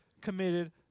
committed